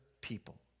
people